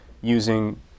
using